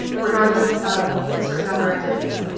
regardless of certain other activities,